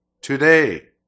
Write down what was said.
today